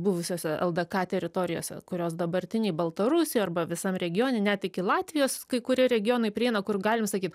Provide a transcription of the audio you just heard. buvusiose ldk teritorijose kurios dabartinėj baltarusijoj arba visam regione net iki latvijos kai kurie regionai prieina kur galim sakyt